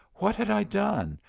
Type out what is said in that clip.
what had i done?